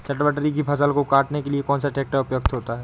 चटवटरी की फसल को काटने के लिए कौन सा ट्रैक्टर उपयुक्त होता है?